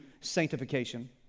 sanctification